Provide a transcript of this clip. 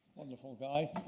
wonderful guy.